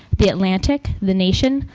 the atlantic, the nation,